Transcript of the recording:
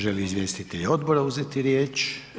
Želi li izvjestitelj odbora uzeti riječ?